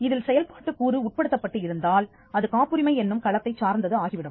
இதில் செயல்பாட்டுக் கூறு உட்படுத்தப்பட்டு இருந்தால் அது காப்புரிமை என்னும் களத்தைச் சார்ந்தது ஆகிவிடும்